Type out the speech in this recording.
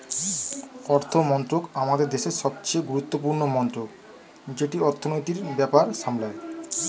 অর্থমন্ত্রক আমাদের দেশের সবচেয়ে গুরুত্বপূর্ণ মন্ত্রক যেটি অর্থনীতির ব্যাপার সামলায়